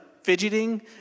fidgeting